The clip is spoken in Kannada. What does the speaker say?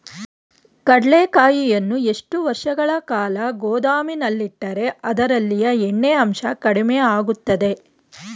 ಕಡ್ಲೆಕಾಯಿಯನ್ನು ಎಷ್ಟು ವರ್ಷಗಳ ಕಾಲ ಗೋದಾಮಿನಲ್ಲಿಟ್ಟರೆ ಅದರಲ್ಲಿಯ ಎಣ್ಣೆ ಅಂಶ ಕಡಿಮೆ ಆಗುತ್ತದೆ?